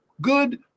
good